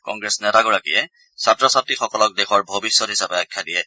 কংগ্ৰেছ নেতাগৰাকীয়ে ছাত্ৰ ছাত্ৰীসকলক দেশৰ ভৱিষ্যত হিচাপে আখ্যা দিয়ে